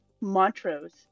Montrose